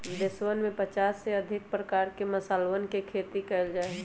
देशवन में पचास से अधिक प्रकार के मसालवन के खेती कइल जा हई